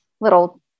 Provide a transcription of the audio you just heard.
little